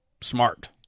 smart